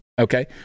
Okay